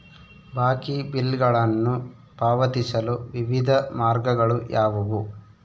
ಬಾಕಿ ಬಿಲ್ಗಳನ್ನು ಪಾವತಿಸಲು ವಿವಿಧ ಮಾರ್ಗಗಳು ಯಾವುವು?